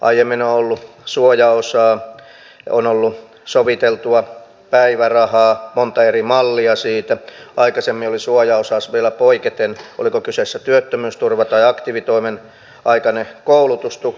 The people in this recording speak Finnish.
aiemmin on ollut suojaosaa on ollut soviteltua päivärahaa monta eri mallia siitä aikaisemmin oli suojaosa vielä poiketen oliko kyseessä työttömyysturva tai aktiivitoimen aikainen koulutustuki